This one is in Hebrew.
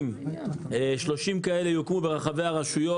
30 כאלה יוקמו ברחבי הרשויות.